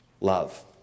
love